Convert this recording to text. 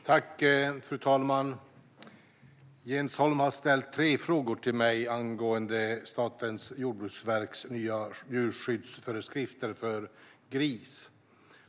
Fru talman! Jens Holm har ställt tre frågor till mig angående Statens jordbruksverks nya djurskyddsföreskrifter för gris.